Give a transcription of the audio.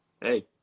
hey